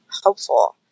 hopeful